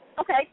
Okay